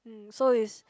mm so is